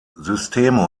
systeme